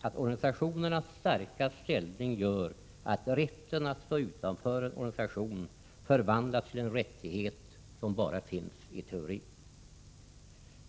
att organisationernas starka ställning gör att rätten att stå utanför en organisation förvandlats till en rättighet som finns bara i teorin.